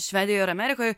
švedijoj ir amerikoj